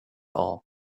all